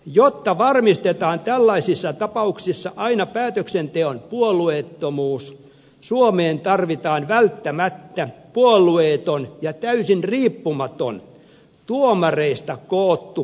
jotta varmistetaan tällaisissa tapauksissa aina päätöksenteon puolueettomuus suomeen tarvitaan välttämättä puolueeton ja täysin riippumaton tuomareista koottu perustuslakituomioistuin